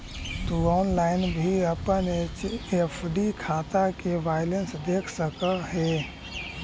तु ऑनलाइन भी अपन एफ.डी खाता के बैलेंस देख सकऽ हे